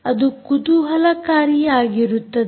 ಅದು ಕುತೂಹಲಕಾರಿಯಾಗಿರುತ್ತದೆ